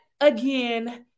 again